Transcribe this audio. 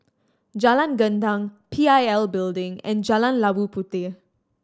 Jalan Gendang P I L Building and Jalan Labu Puteh